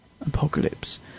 Apocalypse